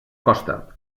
costa